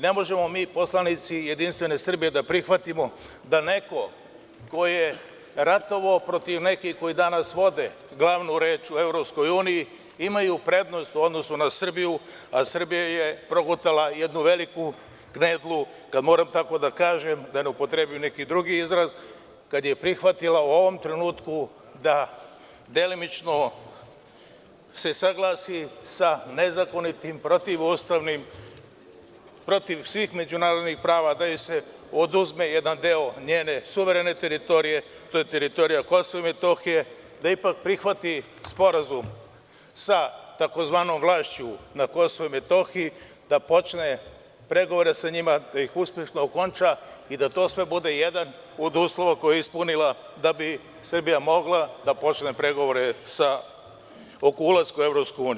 Ne možemo mi, kao poslanici JS, da prihvatimo da neko ko je ratovao protiv nekih koji danas vode glavnu reč u EU imaju prednost u odnosu na Srbiju, a Srbija je progutala jednu veliku knedlu, kada moram tako da kažem, da ne upotrebim neki drugi izraz, kada je prihvatila u ovom trenutku da se delimično saglasi sa nezakonitim, protivustavnim, protiv svih međunarodnih prava, da joj se oduzme jedan njene teritorije, to je teritorija KiM, da ipak prihvati Sporazum sa tzv. vlašću KiM, da počne pregovore sa njima, da ih uspešno okonča i da to sve bude jedan od uslova koji je ispunila da bi Srbija mogla da počne pregovore oko ulaska u EU.